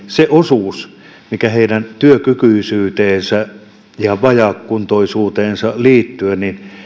se osuus mikä heidän työkykyisyyteensä ja vajaakuntoisuuteensa liittyy